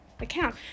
account